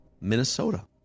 Minnesota